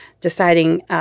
deciding –